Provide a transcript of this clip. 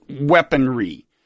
weaponry